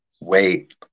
wait